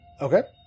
Okay